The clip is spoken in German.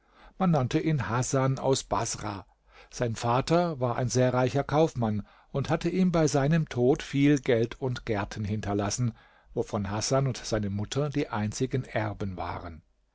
man nannte ihn hasan aus baßrah sein vater war ein sehr reicher kaufmann und hatte ihm bei seinem tod viel geld und gärten hinterlassen wovon hasan und seine mutter die einzigen erben waren